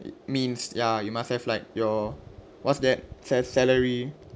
means ya you must have like your what's that sa~ salary